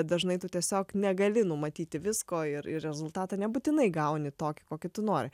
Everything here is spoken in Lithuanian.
dažnai tu tiesiog negali numatyti visko ir ir rezultatą nebūtinai gauni tokį kokį tu nori